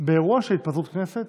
באירוע של התפזרות כנסת